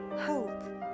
Hope